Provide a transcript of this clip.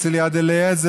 אצל יד אליעזר,